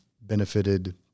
benefited